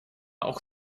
auch